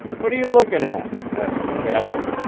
what are you looking at? asked the captain.